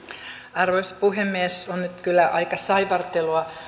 arvoisa puhemies on nyt kyllä aika saivartelua